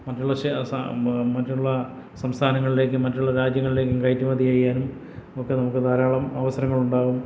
മറ്റുള്ള മറ്റുള്ള സംസ്ഥാനങ്ങളിലേക്കും മറ്റുള്ള രാജ്യങ്ങളിലേക്കും കയറ്റുമതിചെയ്യാനും ഒക്കെ നമുക്ക് ധാരാളം അവസരങ്ങളുണ്ടാകും